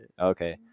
Okay